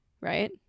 right